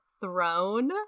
throne